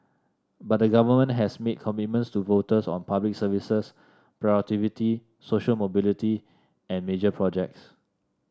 but the government has made commitments to voters on Public Services productivity social mobility and major projects